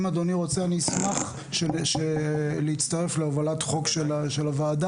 אם אדוני רוצה אני אשמח להצטרף להובלת חוק של הוועדה,